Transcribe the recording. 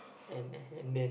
and and then